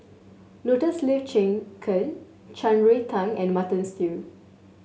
Lotus Leaf Chicken Shan Rui Tang and Mutton Stew